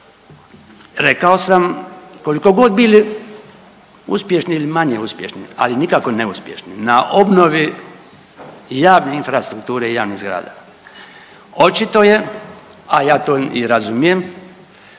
rekao sam koliko god bili uspješni ili manje uspješni, ali nikako neuspješni na obnovi javne infrastrukture i javnih zgrada, očito je, a ja to i razumijem,